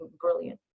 brilliant